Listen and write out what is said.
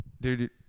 Dude